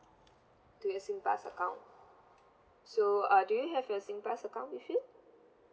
to your singpass account so uh do you have your singpass account with you